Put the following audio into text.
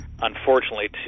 unfortunately